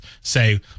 say